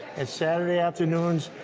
and saturday afternoons,